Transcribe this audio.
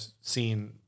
seen